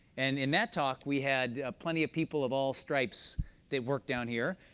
and in that talk, we had plenty of people of all stripes that worked down here.